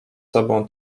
sobą